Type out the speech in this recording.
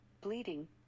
bleeding